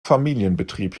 familienbetrieb